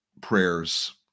prayers